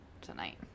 tonight